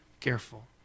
careful